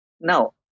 Now